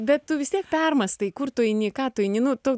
bet tu vis tiek permąstai kur tu eini ką tu eini nu tu